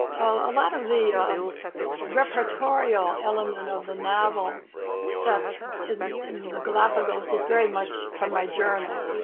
a lot of the reportorial element of the novel set in in the galapagos is very much from my journal.